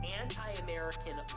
anti-American